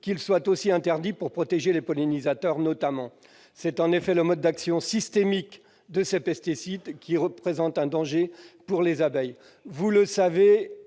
qu'ils soient eux aussi interdits pour protéger les pollinisateurs, notamment. C'est en effet le mode d'action systémique de ces pesticides qui représente un danger pour les abeilles. Vous le savez,